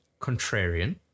contrarian